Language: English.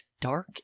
dark